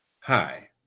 Hi